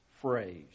phrase